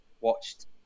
watched